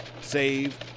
save